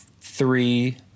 three